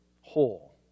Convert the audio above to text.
whole